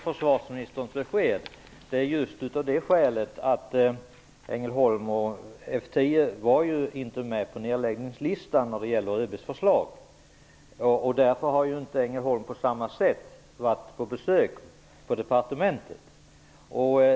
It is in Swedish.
Herr talman! Jag tackar försvarsministern för beskedet. F 10 och Ängelholm var inte med på nedläggningslistan när det gäller ÖB:s förslag. Därför har inte Ängelholm på samma sätt uppvaktat departementet.